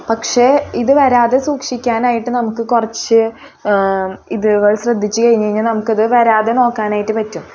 പക്ഷേ ഇത് വരാതെ സൂക്ഷിക്കാനായിട്ട് നമുക്ക് കുറച്ച് ഇത് ശ്രദ്ധിച്ച് കഴിഞ്ഞ് കഴിഞ്ഞാൽ നമുക്കിത് വരാതെ നോക്കാനായിട്ട് പറ്റും